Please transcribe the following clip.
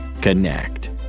Connect